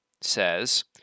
says